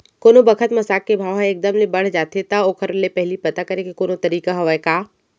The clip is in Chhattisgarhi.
कोनो बखत म साग के भाव ह एक दम ले बढ़ जाथे त ओखर ले पहिली पता करे के कोनो तरीका हवय का?